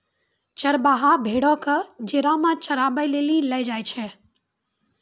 चरबाहा भेड़ो क जेरा मे चराबै लेली लै जाय छै